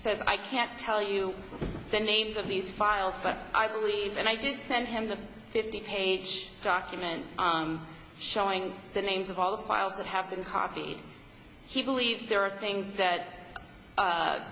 says i can't tell you the names of these files but i believe and i did send him the fifty page document showing the names of all files that have been copied he believes there are things that